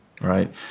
Right